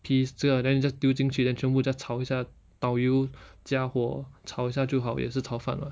peas 这个 then you just 丢进去 then 全部 just 炒一下倒油加火炒一下就好也是炒饭 [what]